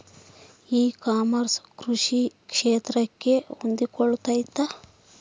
E commerce ಕೃಷಿ ಕ್ಷೇತ್ರಕ್ಕೆ ಹೊಂದಿಕೊಳ್ತೈತಾ?